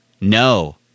No